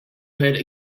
had